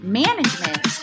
management